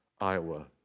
Iowa